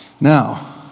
Now